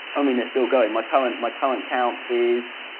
i mean, it's still going. my current my current count is.